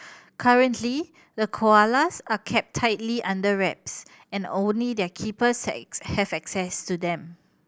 currently the koalas are kept tightly under wraps and only their keepers have access to them